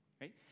right